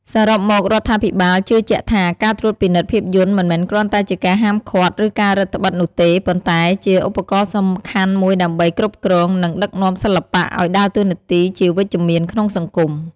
សរុបមករដ្ឋាភិបាលជឿជាក់ថា ការត្រួតពិនិត្យភាពយន្ត មិនមែនគ្រាន់តែជាការហាមឃាត់ ឬការរឹតត្បិតនោះទេ ប៉ុន្តែជា ឧបករណ៍សំខាន់មួយដើម្បីគ្រប់គ្រង និងដឹកនាំសិល្បៈ ឲ្យដើរតួនាទីជាវិជ្ជមានក្នុងសង្គម។